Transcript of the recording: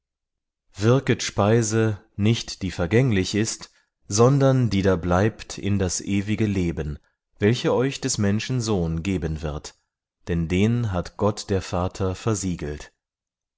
wirket speise nicht die vergänglich ist sondern die da bleibt in das ewige leben welche euch des menschen sohn geben wird denn den hat gott der vater versiegelt